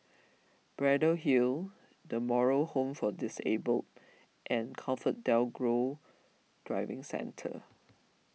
Braddell Hill the Moral Home for Disabled and ComfortDelGro Driving Centre